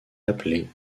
appelés